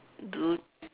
blue